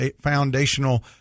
foundational